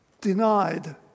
denied